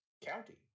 county